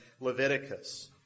Leviticus